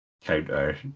counter